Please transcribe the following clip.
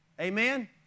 amen